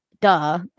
duh